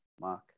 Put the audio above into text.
Mark